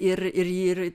ir ir ir